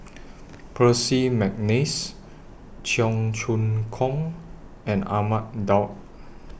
Percy Mcneice Cheong Choong Kong and Ahmad Daud